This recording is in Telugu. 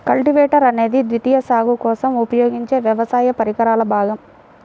కల్టివేటర్ అనేది ద్వితీయ సాగు కోసం ఉపయోగించే వ్యవసాయ పరికరాల భాగం